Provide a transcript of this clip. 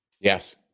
Yes